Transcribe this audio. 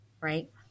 right